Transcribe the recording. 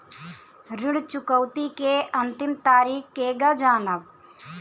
ऋण चुकौती के अंतिम तारीख केगा जानब?